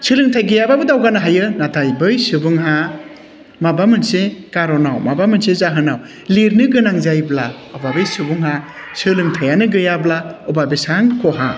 सोलोंथाइ गैयाबाबो दावगानो हायो नाथाय बै सुबुंहा माबा मोनसे खार'नाव माबा मोनसे जाहोनाव लिरनो गोनां जायोब्ला अब्ला बै सुबुङा सोलोंथाइयानो गैयाब्ला अब्ला बेसेबां खहा